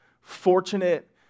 fortunate